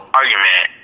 argument